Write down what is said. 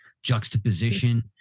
juxtaposition